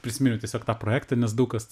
prisiminiau tiesiog tą projektą nes daug kas